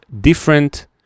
different